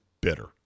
bitter